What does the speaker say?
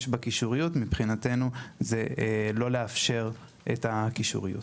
בקישוריות מבחינתנו זה לא לאפשר את הקישוריות.